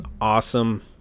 awesome